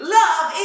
love